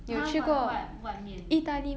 !huh! like what what 面